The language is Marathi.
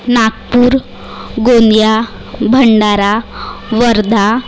नागपूर गोंदिया भंडारा वर्धा